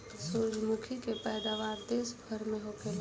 सूरजमुखी के पैदावार देश भर में होखेला